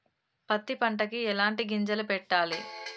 పత్తి పంటకి ఎలాంటి గింజలు పెట్టాలి?